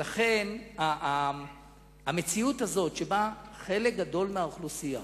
לכן המציאות הזאת, שבה חלק גדול מהאוכלוסייה,